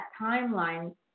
timeline